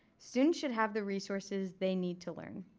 students should have the resources they need to learn.